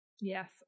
Yes